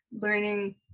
learning